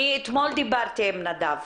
אני אתמול דיברתי עם נדב.